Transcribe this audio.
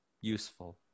useful